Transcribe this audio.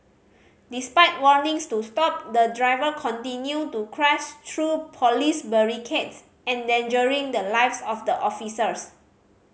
despite warnings to stop the driver continued to crash through police barricades endangering the lives of the officers